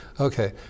Okay